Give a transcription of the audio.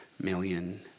million